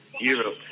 Europe